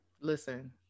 Listen